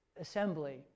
assembly